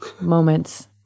moments